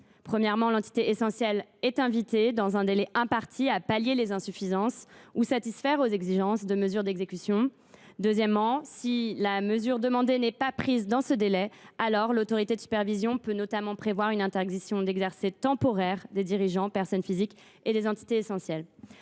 premier lieu, l’entité essentielle est invitée, dans un délai imparti, à pallier les insuffisances ou à satisfaire aux exigences des mesures d’exécution. En second lieu, si la mesure demandée n’est pas prise dans ce délai, l’autorité de supervision peut notamment prévoir une interdiction temporaire d’exercer pour les dirigeants, qui sont des personnes physiques, de ces entités essentielles.